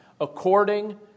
according